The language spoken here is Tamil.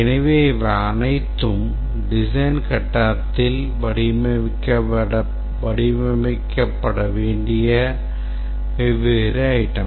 எனவே இவை அனைத்தும் design கட்டத்தில் வடிவமைக்கப்பட வேண்டிய வெவ்வேறு items